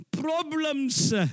problems